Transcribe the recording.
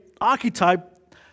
archetype